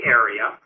area